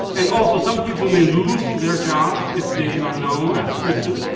and also some people may lose their jobs if they are known as christian,